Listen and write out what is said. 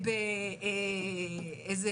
באיזה